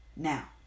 Now